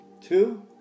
Two